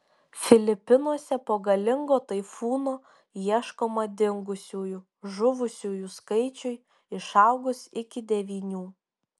filipinuose po galingo taifūno ieškoma dingusiųjų žuvusiųjų skaičiui išaugus iki devynių